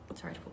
Sorry